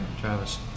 Travis